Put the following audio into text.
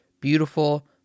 beautiful